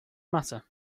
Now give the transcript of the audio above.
matter